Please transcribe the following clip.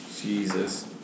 Jesus